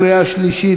קריאה שלישית,